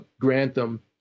Grantham